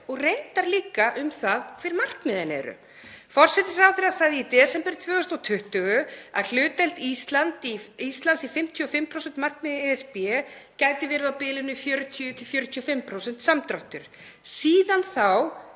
og reyndar líka um það hver markmiðin eru. Forsætisráðherra sagði í desember 2020 að hlutdeild Íslands í 55% markmiði ESB gæti verið á bilinu 40–45% samdráttur. Síðan þá